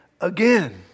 again